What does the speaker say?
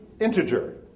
Integer